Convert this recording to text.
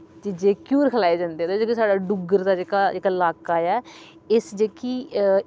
जीजे गी घ्युर खलाए जंदे होर जेह्के साढ़े डुग्गर दा जेह्का लाका ऐ इस जेह्की